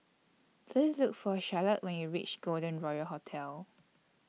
Please Look For Charolette when YOU REACH Golden Royal Hotel